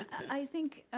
i think,